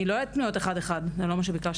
אני לא יודעת פנויות אחד אחד, זה לא מה שביקשת.